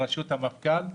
בראשות המפכ"ל,